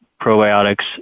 probiotics